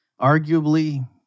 Arguably